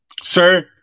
sir